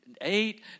Eight